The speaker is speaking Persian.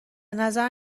نظر